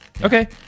Okay